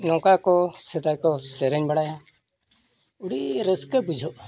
ᱱᱚᱝᱠᱟ ᱠᱚ ᱥᱮᱫᱟᱭ ᱠᱚ ᱥᱮᱨᱮᱧ ᱵᱟᱲᱟᱭᱟ ᱟᱹᱰᱤ ᱨᱟᱹᱥᱠᱟᱹ ᱵᱩᱡᱷᱟᱹᱜᱼᱟ